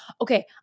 okay